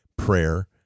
Prayer